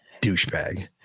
douchebag